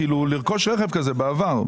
כאילו לרכוש רכב כזה בעבר.